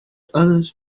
others